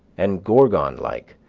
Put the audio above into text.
and, gorgon-like,